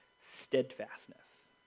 steadfastness